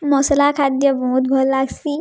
ମସ୍ଲା ଖାଦ୍ୟ ବହୁତ୍ ଭଲ୍ ଲାଗ୍ସି